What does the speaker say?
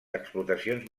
explotacions